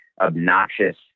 obnoxious